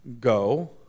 go